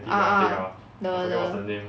ah ah the the